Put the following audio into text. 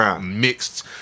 mixed